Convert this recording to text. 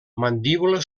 mandíbula